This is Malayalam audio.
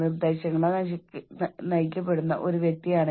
ഈ കാര്യങ്ങൾക്ക് എത്രമാത്രം പ്രാധാന്യം നൽകണമെന്നതും ഞാൻ തീരുമാനിക്കുന്നു